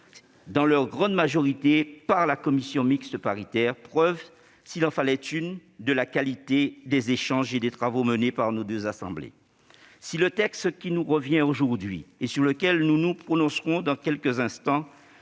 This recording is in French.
dans leur grande majorité par la commission mixte paritaire, preuve, s'il en fallait une, de la qualité des échanges et des travaux menés par nos deux assemblées. Si le texte qui nous revient aujourd'hui et sur lequel nous nous prononcerons dans quelques instants